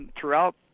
throughout